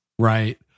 Right